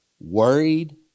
worried